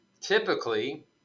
Typically